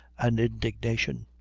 and indignation.